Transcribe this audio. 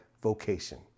vocation